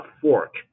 fork